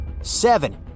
Seven